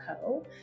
.co